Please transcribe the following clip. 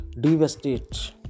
Devastate